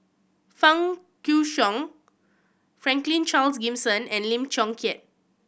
Fang Guixiang Franklin Charles Gimson and Lim Chong Keat